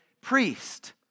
priest